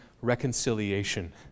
reconciliation